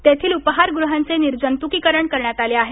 तेथील उपहारगृहांचे निर्जंतुकीकरण करण्यात आले आहे